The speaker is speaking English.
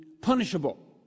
punishable